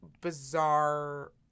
bizarre